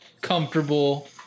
comfortable